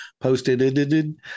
posted